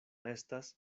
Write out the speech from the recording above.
estas